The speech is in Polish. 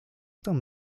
tam